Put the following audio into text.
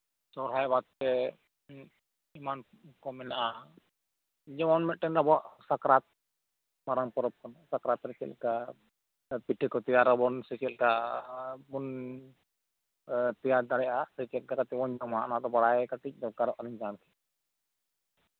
ᱥᱚᱨᱦᱟᱭ ᱵᱟᱫ ᱠᱟᱛᱮᱫ ᱮᱢᱟᱱ ᱠᱚ ᱢᱮᱱᱟᱜᱼᱟ ᱡᱮᱢᱚᱱ ᱢᱤᱫᱴᱟᱱ ᱟᱵᱚᱣᱟᱜ ᱥᱟᱠᱨᱟᱛ ᱢᱟᱨᱟᱝ ᱯᱚᱨᱚᱵᱽ ᱠᱟᱱᱟ ᱥᱟᱠᱨᱟᱛ ᱨᱮ ᱪᱮᱫᱠᱟ ᱯᱤᱴᱷᱟᱹ ᱠᱚ ᱛᱮᱭᱟᱨ ᱟᱵᱚᱱ ᱥᱮ ᱪᱮᱫ ᱞᱮᱠᱟ ᱵᱚᱱ ᱛᱮᱭᱟᱨ ᱫᱟᱲᱮᱭᱟᱜᱼᱟ ᱥᱮ ᱪᱮᱫ ᱠᱟᱛᱮᱫ ᱵᱚᱱ ᱡᱚᱢᱟ ᱚᱱᱟ ᱫᱚ ᱵᱟᱲᱟᱭ ᱠᱟᱹᱴᱤᱡ ᱫᱚᱨᱠᱟᱨᱚᱜ ᱠᱟᱱᱟ